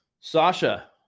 Sasha